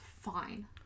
fine